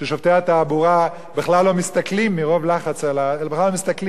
ששופטי התעבורה בכלל לא מסתכלים מי הנהג,